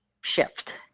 shift